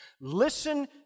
Listen